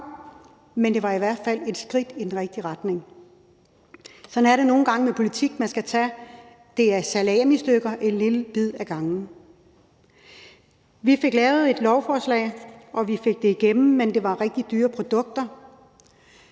men det var i hvert fald et skridt i den rigtige retning. Sådan er det nogle gange med politik: Man skal tage det i salamistykker, en lille bid ad gangen. Vi fik lavet et lovforslag, og vi fik det igennem, men det var rigtig dyre produkter.